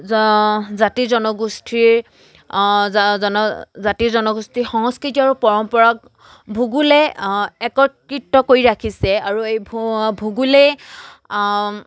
জ জাতি জনগোষ্ঠীৰ জন জাতি জনগোষ্ঠীৰ সংস্কৃতি আৰু পৰম্পৰাক ভূগোলে একত্ৰিত কৰি ৰাখিছে আৰু এই ভ ভূগোলে